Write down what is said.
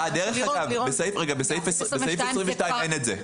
בסעיף 22 אין את זה.